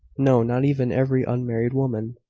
no not even every unmarried woman.